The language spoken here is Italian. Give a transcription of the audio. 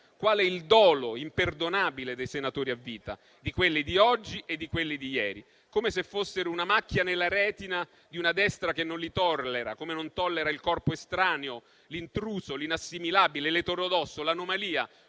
qual è il dolo imperdonabile dei senatori a vita, di quelli di oggi e di quelli di ieri. È come se fossero una macchia nella retina di una destra che non li tollera, come non tollera il corpo estraneo, l'intruso, l'inassimilabile, l'eterodosso, l'anomalia,